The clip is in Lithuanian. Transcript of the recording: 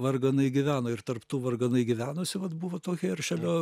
varganai gyveno ir tarp tų varganai gyvenusių vat buvo to heršelio